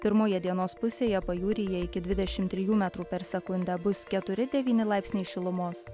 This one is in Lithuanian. pirmoje dienos pusėje pajūryje iki dvidešimt trijų metrų per sekundę bus keturi devyni laipsniai šilumos